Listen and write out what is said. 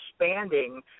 expanding